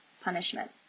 punishment